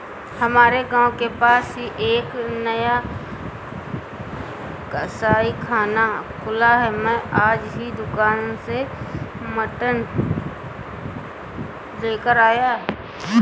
हमारे गांव के पास ही एक नया कसाईखाना खुला है मैं आज ही दुकान से मटन लेकर आया